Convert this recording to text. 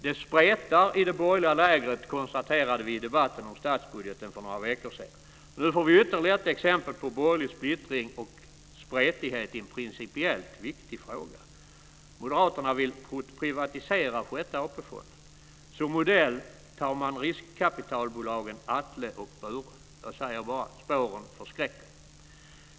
Det spretar i det borgerliga lägret konstaterade vi i debatten om statsbudgeten för några veckor sedan, och nu får vi se ytterligare ett exempel på borgerlig splittring och spretighet i en principiellt viktig fråga. Moderaterna vill privatisera Sjätte AP-fonden. Som modell tar man riskkapitalbolagen Atle och Bure. Jag säger bara: Spåren förskräcker.